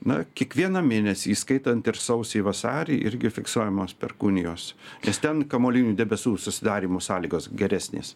na kiekvieną mėnesį įskaitant ir sausį vasarį irgi fiksuojamos perkūnijos nes ten kamuolinių debesų susidarymo sąlygos geresnės